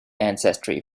ancestry